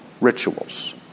rituals